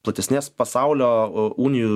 platesnės pasaulio unijų